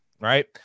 right